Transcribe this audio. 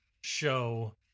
show